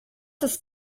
ist